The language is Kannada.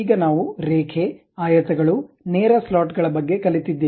ಈಗ ನಾವು ರೇಖೆ ಆಯತಗಳು ನೇರ ಸ್ಲಾಟ್ ಗಳ ಬಗ್ಗೆ ಕಲಿತಿದ್ದೇವೆ